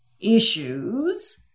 issues